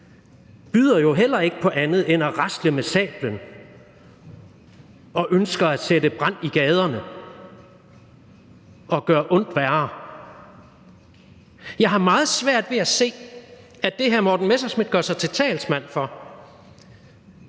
byder jo heller ikke på andet end at rasle med sablen, og han ønsker at sætte brand i gaderne og gøre ondt værre. Jeg har meget svært ved at se, at det, hr. Morten Messerschmidt gør sig til talsmand for,